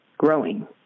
growing